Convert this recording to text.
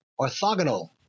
orthogonal